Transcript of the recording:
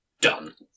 done